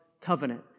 covenant